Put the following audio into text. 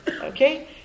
Okay